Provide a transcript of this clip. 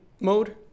mode